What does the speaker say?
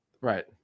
Right